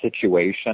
situation